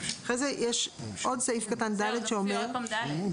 אחרי זה יש עוד סעיף (ד), זאת טעות: